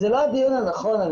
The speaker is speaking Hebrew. זה לא הדיון הנכון.